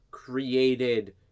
Created